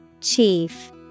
Chief